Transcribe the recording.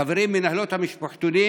חברים, מנהלות המשפחתונים,